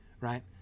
right